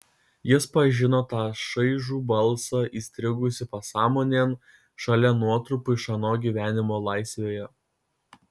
jis pažino tą šaižų balsą įstrigusį pasąmonėn šalia nuotrupų iš ano gyvenimo laisvėje